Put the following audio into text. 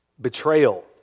betrayal